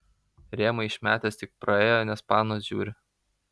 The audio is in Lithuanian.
rėmą išmetęs tik praėjo nes panos žiūri